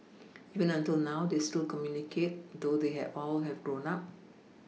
even until now they still communicate though they have grown up